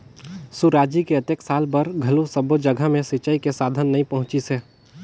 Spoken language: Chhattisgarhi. सुराजी के अतेक साल बार घलो सब्बो जघा मे सिंचई के साधन नइ पहुंचिसे